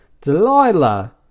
Delilah